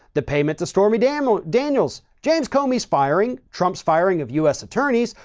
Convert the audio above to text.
the payment to stormy daniels, daniels, james comey's firing, trump's firing of us attorneys,